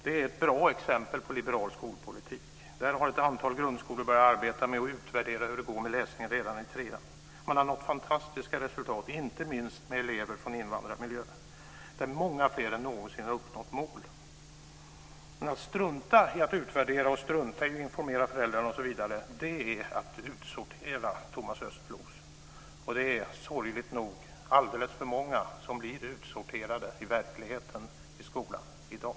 Det är ett bra exempel på liberal skolpolitik. Där har ett antal grundskolor börjat arbeta med att utvärdera hur det går med läsningen redan i trean. Man har nått fantastiska resultat, inte minst med elever från invandrarmiljöer där många fler än någonsin har nått uppsatta mål. Att strunta i att utvärdera och att strunta i att informera föräldrarna är att utsortera, Thomas Östros, och i verkligheten är det sorgligt nog alldeles för många som blir utsorterade i skolan i dag.